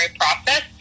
process